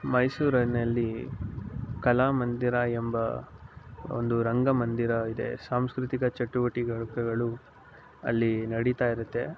ಮೈಸೂರಿನಲ್ಲಿ ಕಲಾಮಂದಿರ ಎಂಬ ಒಂದು ರಂಗಮಂದಿರ ಇದೆ ಸಾಂಸ್ಕೃತಿಕ ಚಟುವಟಿಕೆ ಗಳು ಅಲ್ಲಿ ನಡಿತಾಯಿರುತ್ತೆ